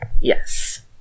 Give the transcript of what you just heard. Yes